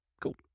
Cool